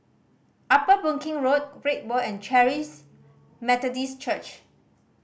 Upper Boon Keng Road Great World and Charis Methodist Church